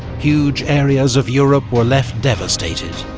huge areas of europe were left devastated.